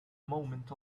moment